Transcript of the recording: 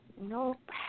Nope